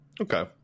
Okay